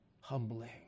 Humbling